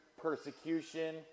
persecution